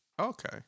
Okay